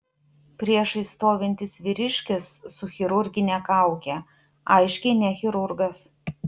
priešais stovintis vyriškis su chirurgine kauke aiškiai ne chirurgas